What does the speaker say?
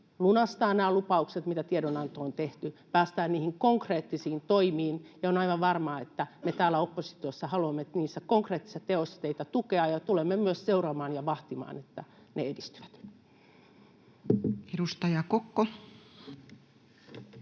lunastaa nämä lupaukset, mitä tie-donantoon on tehty, päästään niihin konkreettisiin toimiin, ja on aivan varmaa, että me täällä oppositiossa haluamme niissä konkreettisissa teoissa teitä tukea ja tulemme myös seuraamaan ja vahtimaan, että ne edistyvät. [Speech 236]